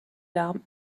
larmes